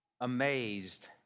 amazed